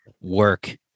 work